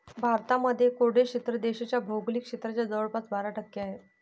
भारतामध्ये कोरडे क्षेत्र देशाच्या भौगोलिक क्षेत्राच्या जवळपास बारा टक्के आहे